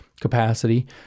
capacity